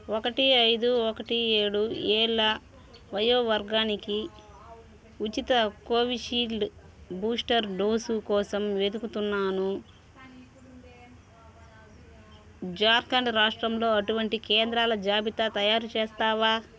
ఒకటి ఐదు ఒకటి ఏడు ఏళ్ళ వయో వర్గానికి ఉచిత కోవీషీల్డ్ బూస్టర్ డోసు కోసం వెతుకుతున్నాను జార్ఖండ్ రాష్ట్రంలో అటువంటి కేంద్రాల జాబితా తయారు చేస్తావా